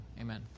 Amen